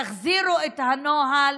תחזירו את הנוהל,